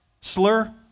slur